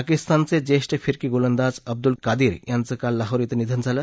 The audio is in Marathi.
पाकिस्तानचे ज्येष्ठ फिरकी गोलंदाज अब्दूल कादीर यांचं काल लाहोर इथं निधन झालं